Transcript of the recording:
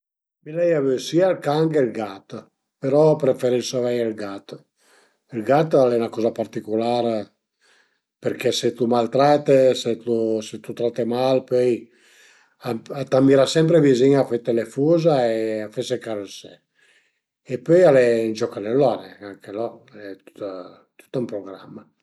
Piante piante n'ai anche li fora ënt ël curtil cuaicuzin-a l'uma però sun bastansa bastansa bastansa brau dizuma, infatti 'na volta avìa l'ort, però ën ca ën ca a i cüru nen mi le piante, a i cüra mia fumna, ogni tant i bagnu, ma nen pi che tant